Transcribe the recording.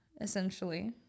essentially